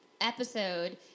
episode